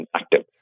active